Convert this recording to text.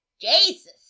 Jesus